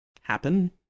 happen